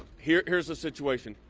here is the situation,